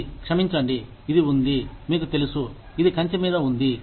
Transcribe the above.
ఇది క్షమించండి ఇది ఉంది మీకు తెలుసు ఇది కంచె మీద ఉంది